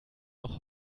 noch